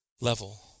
level